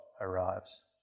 arrives